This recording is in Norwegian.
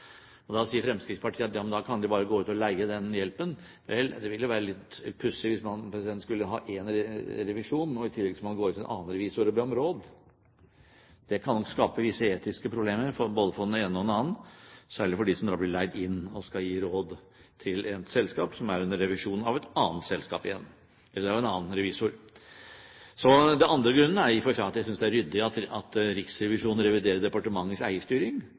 Da sier Fremskrittspartiet at da kan de bare gå ut og leie den hjelpen. Vel, det ville være litt pussig hvis man skulle ha én revisjon, og i tillegg skulle gå til en annen revisor og be om råd. Det kan nok skape visse etiske problemer både for den ene og den andre, særlig for dem som blir leid inn for å gi råd til et selskap som er under revisjon av et annet selskap igjen, eller av en annen revisor. Den andre grunnen er at jeg i og for seg synes det er ryddig at Riksrevisjonen reviderer departementers eierstyring,